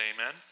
Amen